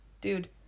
dude